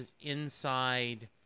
inside